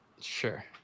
Sure